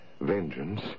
vengeance